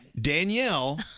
Danielle